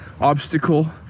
obstacle